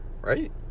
right